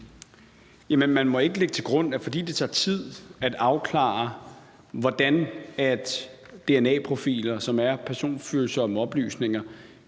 man må ikke lægge til grund, at fordi det tager tid at afklare, hvordan dna-profiler, som er personfølsomme oplysninger,